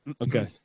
Okay